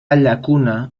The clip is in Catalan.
llacuna